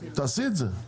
תעשי את זה.